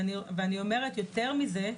אני אומרת יותר מזה,